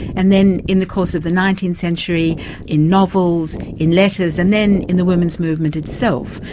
and then in the course of the nineteenth century in novels, in letters, and then in the women's movement itself,